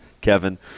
Kevin